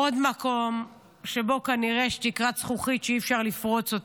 עוד מקום שבו כנראה יש תקרת זכוכית שאי-אפשר לפרוץ.